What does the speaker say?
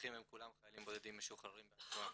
החונכים הם כולם חיילים בודדים משוחררים בעצמם.